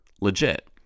legit